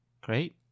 great